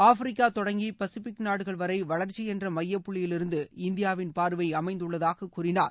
Africa தொடங்கி Pacific நாடுகள் வரை வளர்ச்சி என்ற மைய புள்ளியிலிருந்து இந்தியாவின் பார்வை அமைந்துள்ளதாக கூறினார்